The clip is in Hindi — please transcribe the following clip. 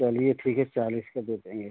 चलिए ठिक है चालीस कर देंगे